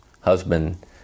husband